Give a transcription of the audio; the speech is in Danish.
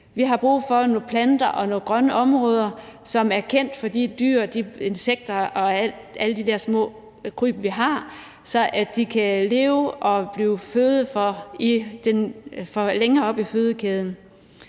Vi har brug for nogle planter og nogle grønne områder, som er kendt for dyr, insekter og alle de der små kryb, vi har, så de kan leve og blive føde for dyr længere oppe i fødekæden.